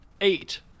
eight